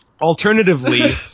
Alternatively